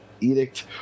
edict